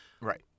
Right